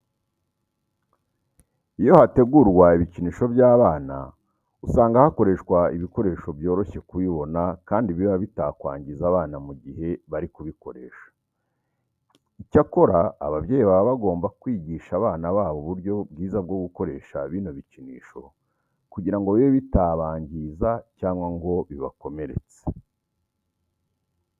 Iyo hategurwa ibikinisho by'abana usanga hakoreshwa ibikoresho byoroshye kubibona kandi biba bitakwangiza abana mu gihe bari kubikoresha. Icyakora ababyeyi baba bagomba kwigisha abana babo uburyo bwiza bwo gukoresha bino bikinisho kugira ngo bibe bitabangiza cyangwa ngo bibakomeretse.